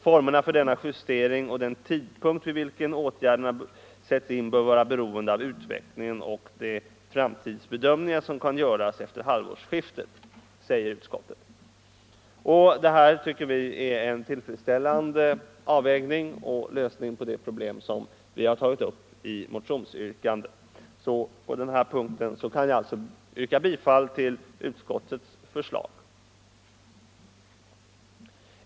Formerna för denna justering och den tidpunkt vid vilken åtgärderna bör sättas in bör vara beroende av utvecklingen och de framtidsbedömningar som kan göras efter halvårsskiftet, säger utskottet. Detta tycker vi är en tillfredsställande avvägning och lösning på det problem vi tar upp i motionen. På den här punkten kan jag yrka bifall till utskottets förslag.